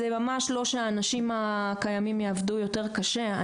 זה ממש לא שהאנשים הקיימים יעבדו יותר קשה,